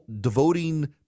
devoting